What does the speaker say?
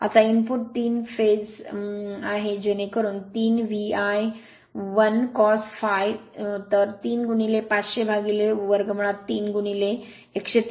आता input 3 3 phase आहे जेणेकरून 3 V I 1 cos phi so 3 500root 3 103